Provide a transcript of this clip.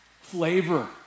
Flavor